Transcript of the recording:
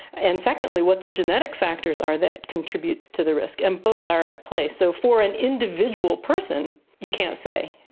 and secondly what the genetic factors are that contribute to the risk, and both are at play. so for an individual person you can't say.